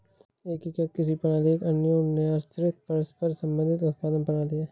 एकीकृत कृषि प्रणाली एक अन्योन्याश्रित, परस्पर संबंधित उत्पादन प्रणाली है